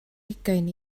hugain